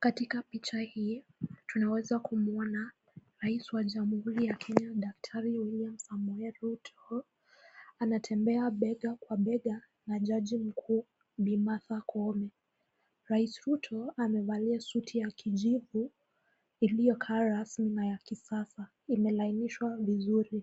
Katika picha hii tunaweza kumuona rais wa Jamhuri ya Kenya, Daktari William Samoei Ruto, anatembea bega kwa bega na jaji mkuu Bi Martha Koome. Rais Ruto amevalia suti ya kijivu iliyo kaa rasmi na ya kisasa, imelainishwa vizuri.